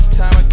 time